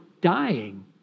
dying